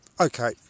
Okay